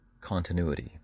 continuity